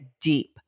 deep